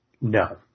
No